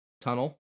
tunnel